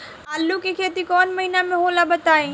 आलू के खेती कौन महीना में होला बताई?